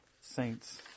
saint's